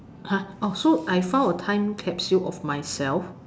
!huh! so I found a time capsule of myself